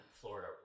florida